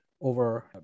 over